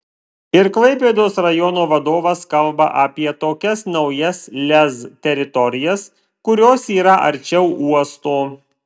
ir klaipėdos rajono vadovas kalba apie tokias naujas lez teritorijas kurios yra arčiau uosto